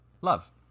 love